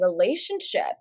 relationship